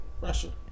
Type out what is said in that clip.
Russia